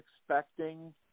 expecting